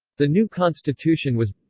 the new constitution was